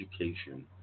education